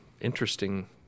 interesting